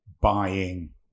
buying